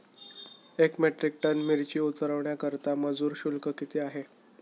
एक metric ton मिरची उतरवण्याकरता मजुर शुल्क किती आहे?